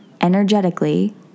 energetically